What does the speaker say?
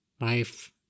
life